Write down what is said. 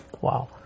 Wow